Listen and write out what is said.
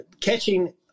Catching